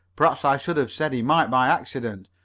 perhaps i should have said he might by accident.